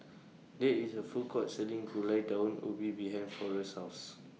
There IS A Food Court Selling Gulai Daun Ubi behind Forrest's House